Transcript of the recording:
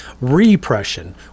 repression